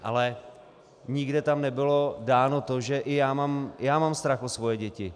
Ale nikde tam nebylo dáno to, že i já mám strach o svoje děti.